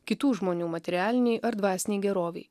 kitų žmonių materialinei ar dvasinei gerovei